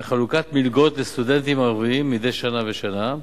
בחלוקת מלגות לסטודנטים ערבים מדי שנה ושנה,